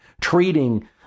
treating